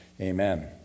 Amen